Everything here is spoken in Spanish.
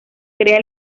crea